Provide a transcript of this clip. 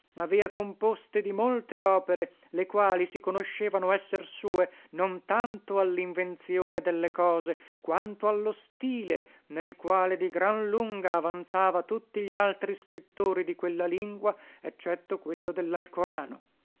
avicenna avea composte di molte opere le quali si conoscevano esser sue non tanto allinvenzione delle cose quanto allo stile nel quale di gran lunga avanzava tutti glaltri scrittori di quella lingua eccetto quello